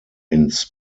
ins